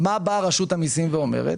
מה באה רשות המיסים ואומרת?